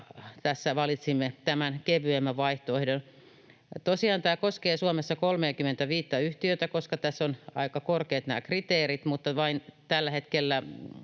tässä valitsimme tämän kevyemmän vaihtoehdon. Tosiaan tämä koskee Suomessa 35:tä yhtiötä, koska tässä on aika korkeat nämä kriteerit, mutta virkamieheltä